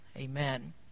amen